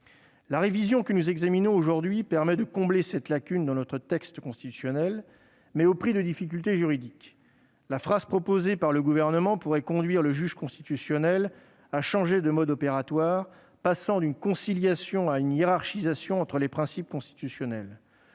La révision que nous examinons aujourd'hui permet de combler cette lacune dans notre texte constitutionnel, mais au prix de difficultés juridiques. La phrase proposée par le Gouvernement pourrait conduire le juge constitutionnel à changer de mode opératoire, passant d'une conciliation à une hiérarchisation entre les principes constitutionnels.